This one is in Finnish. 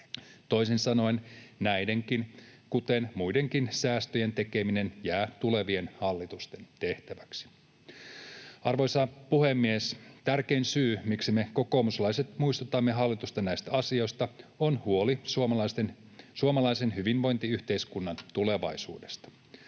Toisin sanoen näidenkin, kuten muidenkin, säästöjen tekeminen jää tulevien hallitusten tehtäväksi. Arvoisa puhemies! Tärkein syy, miksi me kokoomuslaiset muistutamme hallitusta näistä asioista, on huoli suomalaisen hyvinvointiyhteiskunnan tulevaisuudesta.